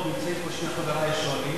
ברשות חברי השואלים,